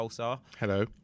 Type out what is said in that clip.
hello